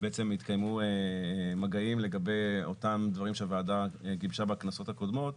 התקיימו מגעים לגבי אותם הדברים שהוועדה גיבשה בכנסות הקודמות,